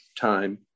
time